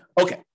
Okay